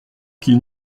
qu’ils